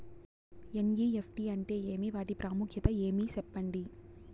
NEFT అంటే ఏమి వాటి ప్రాముఖ్యత ఏమి? సెప్పండి?